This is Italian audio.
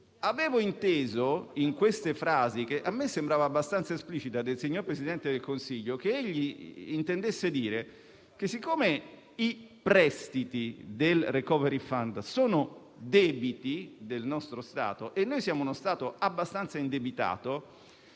Avevo inteso, in questa frase, che a me sembrava abbastanza esplicita, del signor Presidente del Consiglio, che egli intendesse dire che, siccome i prestiti del *recovery fund* sono debiti del nostro Stato e il nostro è uno Stato abbastanza indebitato,